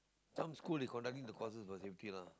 some schools they conducting the courses for safety lah